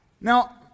Now